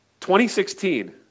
2016